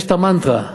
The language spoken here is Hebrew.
יש המנטרה: